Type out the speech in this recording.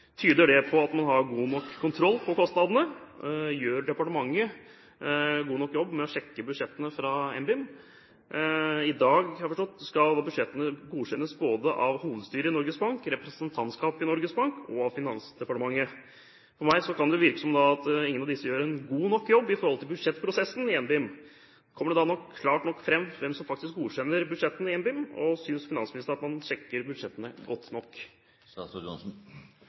Tyder det på at man har god nok kontroll på kostnadene? Gjør departementet en god nok jobb med å sjekke budsjettene fra NBIM? I dag, har jeg forstått, skal budsjettene godkjennes både av hovedstyret i Norges Bank, representantskapet i Norges Bank og av Finansdepartementet. For meg kan det virke som at ingen av disse gjør en god nok jobb i forhold til budsjettprosessen i NBIM. Kommer det klart nok fram hvem som faktisk godkjenner budsjettene i NBIM, og synes finansministeren at man sjekker budsjettene godt nok?